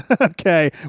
Okay